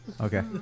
Okay